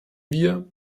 wir